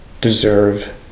deserve